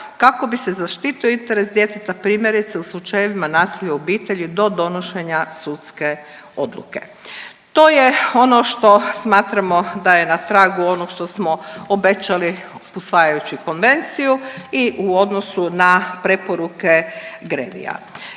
kako bi se zaštitio interes djeteta primjerice u slučajevima nasilja u obitelji do donošenja sudske odluke. To je ono što smatramo da je na tragu onog što smo obećali usvajajući konvenciju i u odnosu na preporuke Grevija.